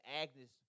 Agnes